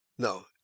No